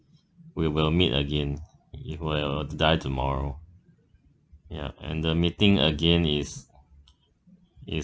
we will meet again even when I'll die tomorrow ya and the meeting again is is